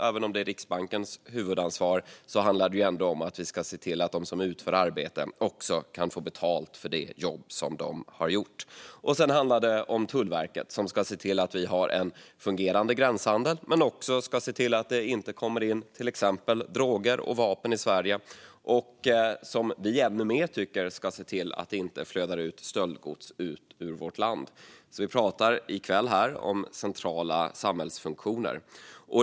Även om detta är Riksbankens huvudansvar handlar det om att vi ska se till att de som utför arbeten också kan få betalt för det jobb som de har gjort. Tullverket ska se till att Sverige har en fungerande gränshandel samt att det inte kommer in till exempel droger och vapen i landet. Vi tycker att Tullverket ännu mer ska se till att det inte flödar ut stöldgods ur landet. Vi pratar i kväll om centrala samhällsfunktioner.